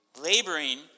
Laboring